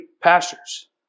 pastures